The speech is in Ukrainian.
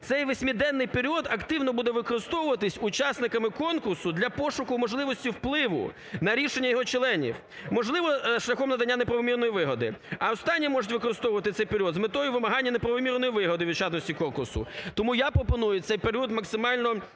Цей восьмиденний період активно буде використовуватись учасниками конкурсу для пошуку можливості впливу на рішення його членів, можливо, шляхом надання неправомірної вигоди. А останні можуть використовувати цей період з метою вимагання неправомірної вигоди від учасників конкурсу. Тому я пропоную цей період максимально